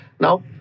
Now